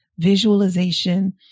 visualization